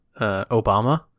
Obama